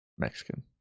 Mexican